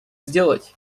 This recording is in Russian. сделать